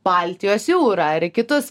baltijos jūrą ir kitus